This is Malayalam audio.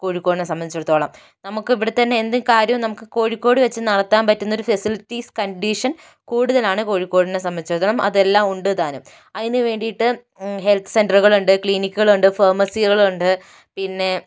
കോഴിക്കോടിനെ സംബന്ധിച്ചിടത്തോളം നമുക്ക് ഇവിടെ തന്നെ എന്ത് കാര്യവും നമുക്ക് കോഴിക്കോട് വെച്ച് നടത്താൻ പറ്റുന്ന ഒരു ഫെസിലിറ്റീസ് കണ്ടീഷൻ കൂടുതലാണ് കോഴിക്കോടിനെ സംബന്ധിച്ചിടത്തോളം അതെല്ലാം ഉണ്ട് താനും അതിന് വേണ്ടിയിട്ട് ഹെൽത്ത് സെന്ററുകൾ ഉണ്ട് ക്ലിനിക്കുകൾ ഉണ്ട് ഫാർമസികൾ ഉണ്ട് പിന്നെ